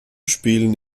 spielen